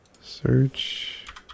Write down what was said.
search